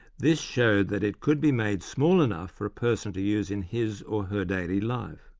this showed that it could be made small enough for a person to use in his or her daily life.